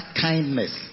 kindness